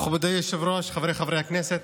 מכובדי היושב-ראש, חבריי חברי הכנסת,